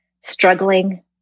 struggling